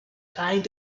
trying